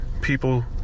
people